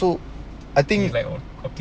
ya so I think it's like he